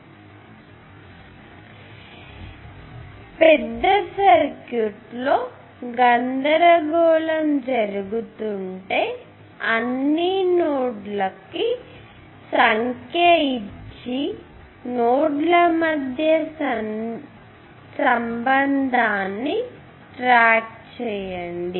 మీరు పెద్ద సర్క్యూట్లో గందరగోళం చెందుతుంటే అన్ని నోడ్లకు సంఖ్య ఇచ్చి నోడ్ల మధ్య సంబంధాన్ని ట్రాక్ చేయండి